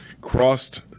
crossed